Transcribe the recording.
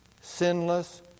sinless